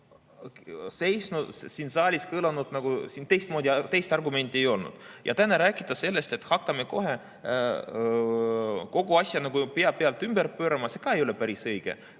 teisi argumente ei olnud. Ja täna rääkida sellest, et hakkame kohe kogu asja pea pealt ümber pöörama, ka ei ole päris õige.